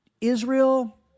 Israel